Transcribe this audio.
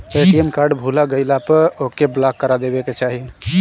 ATM card भूला गईला पअ ओके ब्लाक करा देवे के चाही